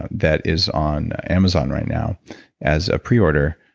that is on amazon right now as a pre order.